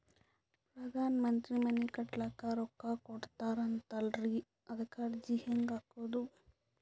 ಪ್ರಧಾನ ಮಂತ್ರಿ ಮನಿ ಕಟ್ಲಿಕ ರೊಕ್ಕ ಕೊಟತಾರಂತಲ್ರಿ, ಅದಕ ಅರ್ಜಿ ಹೆಂಗ ಹಾಕದು?